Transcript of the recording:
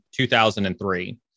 2003